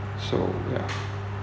so ya